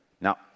Now